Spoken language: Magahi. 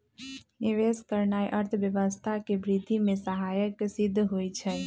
निवेश करनाइ अर्थव्यवस्था के वृद्धि में सहायक सिद्ध होइ छइ